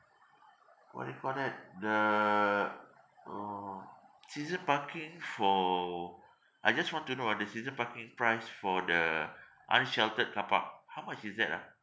what they call that the uh season parking for I just want to know ah the season parking price for the unsheltered car park how much is that ah